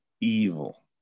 evil